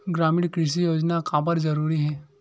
ग्रामीण कृषि योजना काबर जरूरी हे?